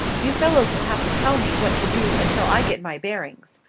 you fellows will have to tell me what to do until i get my bearings.